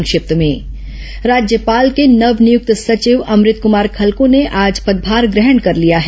संक्षिप्त समाचार राज्यपाल के नव नियुक्त सचिव अमृत कुमार खलको ने आज पदभार ग्रहण कर लिया है